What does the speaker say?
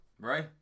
Right